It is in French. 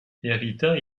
hérita